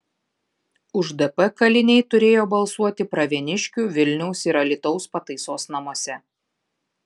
už dp kaliniai turėjo balsuoti pravieniškių vilniaus ir alytaus pataisos namuose